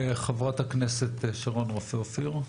ח"כ שרון רופא אופיר.